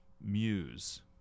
muse